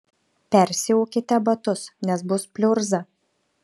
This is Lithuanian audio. persiaukite batus nes bus pliurza